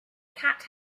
cat